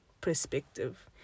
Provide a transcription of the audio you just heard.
perspective